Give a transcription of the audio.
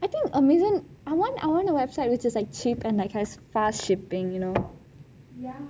I think amazon I want I want a website which is like cheap and has fast shipping you know